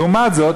לעומת זאת,